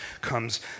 comes